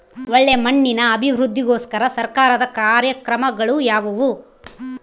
ಒಳ್ಳೆ ಮಣ್ಣಿನ ಅಭಿವೃದ್ಧಿಗೋಸ್ಕರ ಸರ್ಕಾರದ ಕಾರ್ಯಕ್ರಮಗಳು ಯಾವುವು?